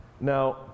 Now